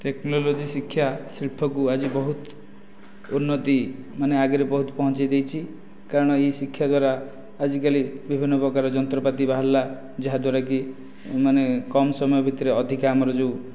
technology ଶିକ୍ଷା ଶିଳ୍ପକୁ ଆଜି ବହୁତ ଉନ୍ନତି ମାନେ ଆଗରେ ବହୁତ ପହଞ୍ଚାଇଦେଇଛି କାରଣ ଏହି ଶିକ୍ଷା ଦ୍ୱାରା ଆଜିକାଲି ବିଭିନ୍ନ ପ୍ରକାର ଯନ୍ତ୍ରପାତି ବାହାରିଲା ଯାହାଦ୍ୱାରା କି ମାନେ କମ ସମୟ ଭିତରେ ଅଧିକ ଆମର ଯେଉଁ